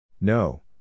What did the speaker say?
No